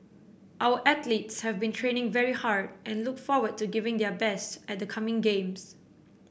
our athletes have been training very hard and look forward to giving their best at the coming games